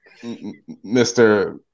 mr